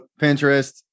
Pinterest